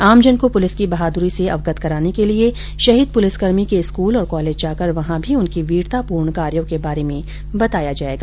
आमजन को पुलिस की बहाद्री से अवगत कराने के लिये शहीद पुलिसकर्मी के स्कूल और कॉलेज जाकर वहाँ भी उनके वीरतापूर्ण कार्यो के बारे में बताया जायेगा